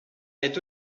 est